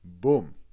boom